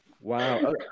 wow